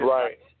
Right